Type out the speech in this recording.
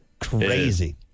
Crazy